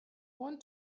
want